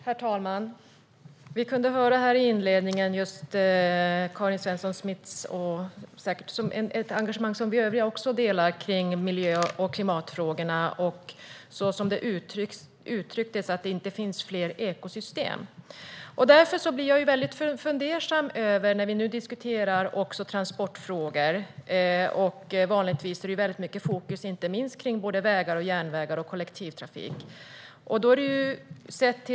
Herr talman! Vi kunde här i inledningen höra Karin Svenssons Smiths engagemang, ett engagemang som vi övriga också delar, i miljö och klimatfrågorna och i att det, som det uttrycktes, inte finns fler ekosystem. Vi diskuterar nu också transportfrågor, och vanligtvis är det väldigt mycket fokus på inte minst vägar, järnvägar och kollektivtrafik.